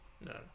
No